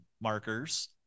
markers